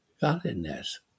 godliness